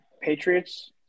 Patriots